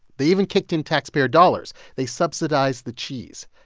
they even kicked in taxpayer dollars. they subsidized the cheese.